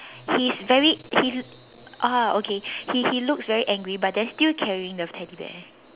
he's very he's ah okay he he looks very angry but then still carrying the teddy bear